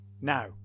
Now